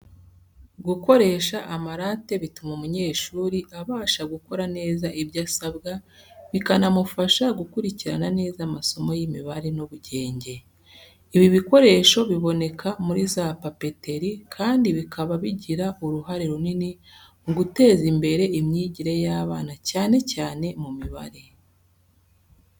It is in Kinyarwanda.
Gukoresha amarate bituma umunyeshuri abasha gukora neza ibyo asabwa, bikanamufasha gukurikirana neza amasomo y’imibare n’ubugenge. Ibi bikoresho biboneka muri za papeteri kandi bikaba bigira uruhare runini mu guteza imbere imyigire y’abana cyane cyane mu mibare.